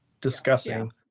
discussing